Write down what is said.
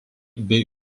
bei